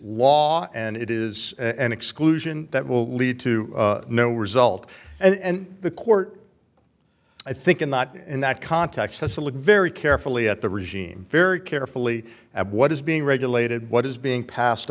law and it is an exclusion that will lead to no result and the court i think in not in that context has to look very carefully at the regime very carefully at what is being regulated what is being passed